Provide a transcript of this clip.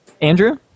Andrew